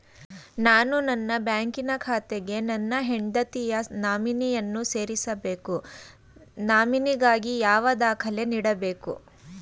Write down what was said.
ನಾನು ನನ್ನ ಬ್ಯಾಂಕಿನ ಖಾತೆಗೆ ನನ್ನ ಹೆಂಡತಿಯ ನಾಮಿನಿಯನ್ನು ಸೇರಿಸಬೇಕು ನಾಮಿನಿಗಾಗಿ ಯಾವ ದಾಖಲೆ ನೀಡಬೇಕು?